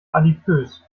adipös